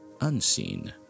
unseen